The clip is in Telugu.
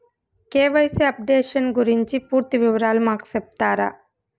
కె.వై.సి అప్డేషన్ గురించి పూర్తి వివరాలు మాకు సెప్తారా?